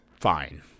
fine